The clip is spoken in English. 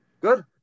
good